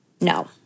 No